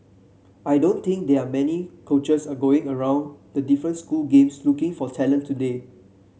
I don't think there are many coaches a going around the different school games looking for talent today